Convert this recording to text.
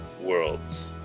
worlds